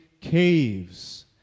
caves